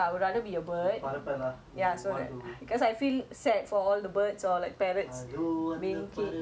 அதோ அந்த பறவை போல வாழ வேண்டும்:atho antha paravai pola vaala vendum then you just want to fly around